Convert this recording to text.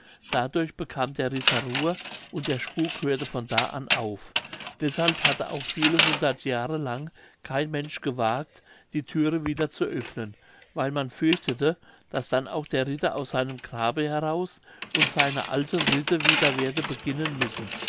dadurch bekam der ritter ruhe und der spuk hörte von da an auf deshalb hatte auch viele hundert jahre lang kein mensch gewagt die thüre wieder zu öffnen weil man fürchtete daß dann auch der ritter aus seinem grabe heraus und seine alten ritte wieder werde beginnen müssen